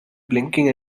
blinking